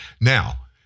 Now